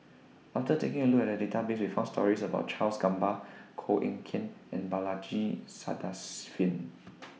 after taking A Look At The Database We found stories about Charles Gamba Koh Eng Kian and Balaji Sadasivan